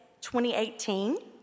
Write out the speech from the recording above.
2018